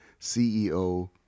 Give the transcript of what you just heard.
CEO